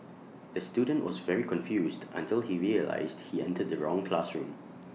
the student was very confused until he realised he entered the wrong classroom